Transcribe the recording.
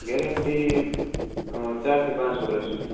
guarantee ચાર થી પાંચ વરસની